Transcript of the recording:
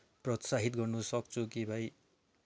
प्रोत्साहित गर्नु सक्छु कि भाइ